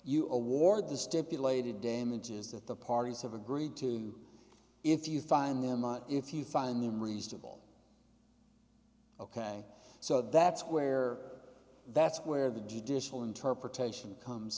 you award the stipulated damages that the parties have agreed to if you find them and if you find them reasonable ok so that's where that's where the judicial interpretation comes